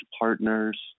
partners